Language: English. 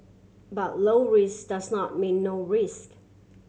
but low risk does not mean no risk